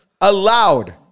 Allowed